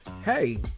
Hey